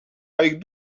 avec